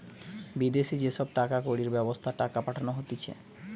বিদেশি যে সব টাকা কড়ির ব্যবস্থা টাকা পাঠানো হতিছে